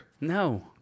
No